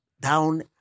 down